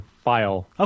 file